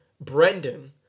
Brendan